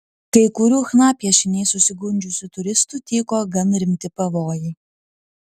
kai kurių chna piešiniais susigundžiusių turistų tyko gan rimti pavojai